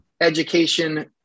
education